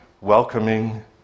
welcoming